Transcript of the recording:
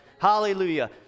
Hallelujah